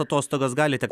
atostogas gali tekt